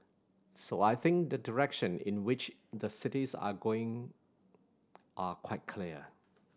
so I think the direction in which the cities are going are quite clear